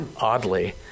oddly